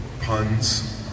puns